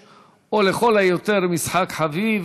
אורן אסף חזן,